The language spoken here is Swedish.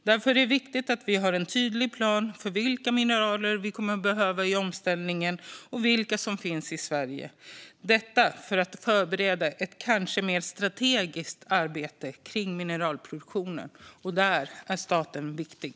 Därför är det viktigt att vi har en tydlig plan för vilka mineral vi kommer att behöva i omställningen och vilka som finns i Sverige - detta för att förbereda ett kanske mer strategiskt arbete kring mineralproduktionen. Där är staten viktig.